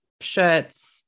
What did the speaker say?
shirts